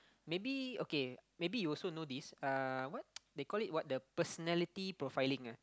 maybe okay maybe you also know this uh what they call it what the personality profiling ah